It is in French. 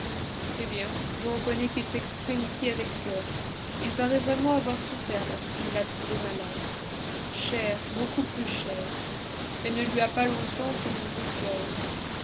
eh bien je reconnais qu'il s'exprime ici avec cœur il paraît vraiment avoir souffert lorsqu'il l'a trouvée malade chère beaucoup plus chère elle ne lui a pas longtemps tenu rigueur